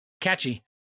catchy